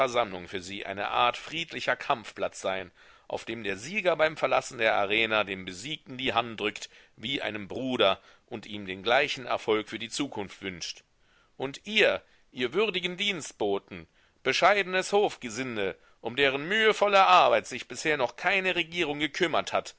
für sie eine art friedlicher kampfplatz sein auf dem der sieger beim verlassen der arena dem besiegten die hand drückt wie einem bruder und ihm den gleichen erfolg für die zukunft wünscht und ihr ihr würdigen dienstboten bescheidenes hofgesinde um deren mühevolle arbeit sich bisher noch keine regierung gekümmert hat